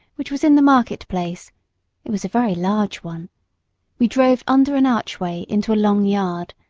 which was in the market-place it was a very large one we drove under an archway into a long yard,